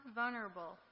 vulnerable